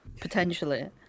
potentially